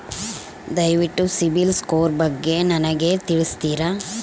ದಯವಿಟ್ಟು ಸಿಬಿಲ್ ಸ್ಕೋರ್ ಬಗ್ಗೆ ನನಗೆ ತಿಳಿಸ್ತೀರಾ?